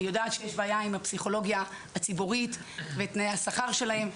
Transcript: אני יודעת שיש בעיה עם הפסיכולוגיה הציבורית ותנאי השכר שלהם.